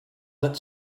that